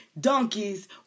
donkeys